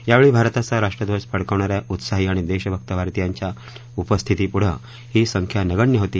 यावेळी भारताचा राष्ट्रध्वज फडकावणा या उत्साही आणि देशभक्त भारतीयांच्या उपस्थितीपुढं ही संख्या नगण्य होती